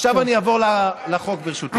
עכשיו אני אעבור לחוק, ברשותך.